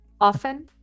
often